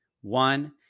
One